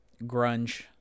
grunge